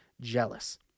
jealous